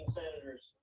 senators